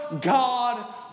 God